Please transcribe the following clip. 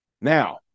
Now